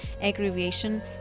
aggravation